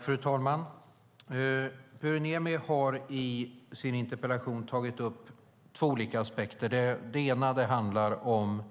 Fru talman! Pyry Niemi har tagit upp två olika aspekter i sin interpellation. Den ena handlar om